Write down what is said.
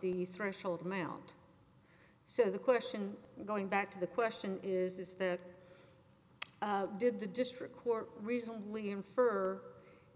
the threshold amount so the question going back to the question is the did the district court reasonably infer